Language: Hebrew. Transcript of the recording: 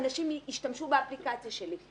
שאנשים ישתמשו באפליקציה שלי.